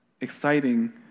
exciting